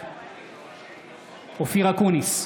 בעד אופיר אקוניס,